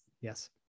Yes